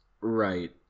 Right